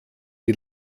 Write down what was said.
die